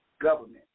government